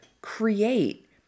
create